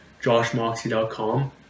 joshmoxie.com